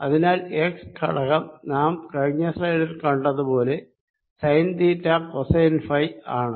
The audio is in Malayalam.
അതിനാൽ എക്സ് ഘടകം നാം കഴിഞ്ഞ സ്ലൈഡിൽ കണ്ടതുപോലെ സൈൻ തീറ്റ കോസൈൻ ഫൈ ആണ്